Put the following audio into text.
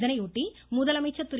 இதனையொட்டி முதலமைச்சர் திரு